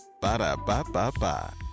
Ba-da-ba-ba-ba